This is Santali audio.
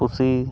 ᱯᱩᱥᱤ